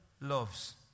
loves